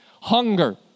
Hunger